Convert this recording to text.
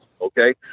Okay